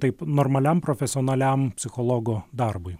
taip normaliam profesionaliam psichologo darbui